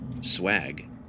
Swag